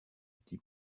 outil